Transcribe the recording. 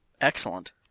Excellent